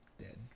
Dead